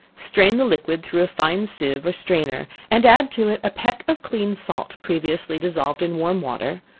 strain the liquid through a fine sieve or strainer, and add to it a peck of clean salt, previously dissolved in warm water,